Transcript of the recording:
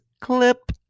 clip